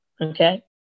Okay